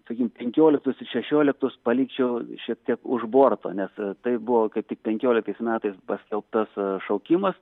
sakykim penkioliktus ir šešioliktus palikčiau šiek tiek už borto nes tai buvo kaip tik penkioliktais metais paskelbtas šaukimas